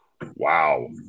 Wow